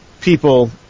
people